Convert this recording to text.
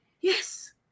Yes